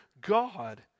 God